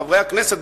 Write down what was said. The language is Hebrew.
חברי הכנסת,